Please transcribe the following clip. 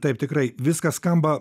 tikrai viskas skamba